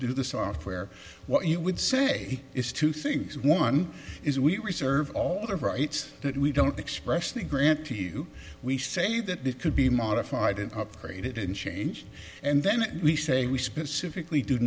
do the software what you would say is two things one is we reserve all the rights that we don't express the grant to you we say that it could be modified it upgraded and changed and then we say we specifically do